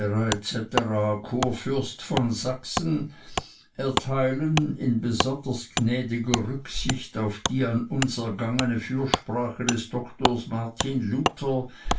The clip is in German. kurfürst von sachsen erteilen in besonders gnädiger rücksicht auf die an uns ergangene fürsprache des doktors martin luther